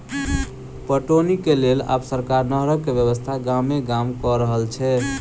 पटौनीक लेल आब सरकार नहरक व्यवस्था गामे गाम क रहल छै